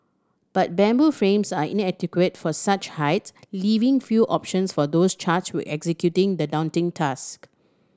but bamboo frames are inadequate for such heights leaving few options for those charged with executing the daunting task